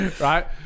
right